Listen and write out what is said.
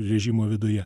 režimo viduje